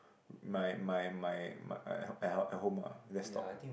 my my my at at home ah desktop